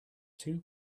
two